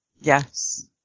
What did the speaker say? yes